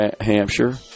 Hampshire